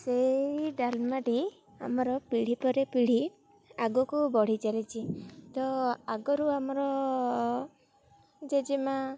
ସେଇ ଡାଲମାଟି ଆମର ପିଢ଼ି ପରେ ପିଢ଼ି ଆଗକୁ ବଢ଼ି ଚାଲିଛି ତ ଆଗରୁ ଆମର ଜେଜେମାଆ